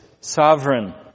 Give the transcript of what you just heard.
sovereign